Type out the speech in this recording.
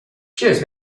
cheers